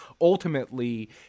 ultimately